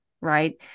right